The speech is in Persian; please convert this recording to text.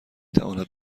تواند